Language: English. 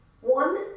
One